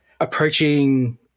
approaching